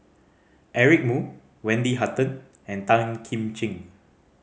Eric Moo Wendy Hutton and Tan Kim Ching